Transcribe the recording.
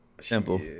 Simple